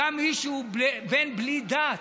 גם מישהו בן בלי דת,